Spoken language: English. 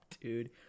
dude